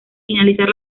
finalizar